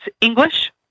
English